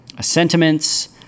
sentiments